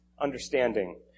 understanding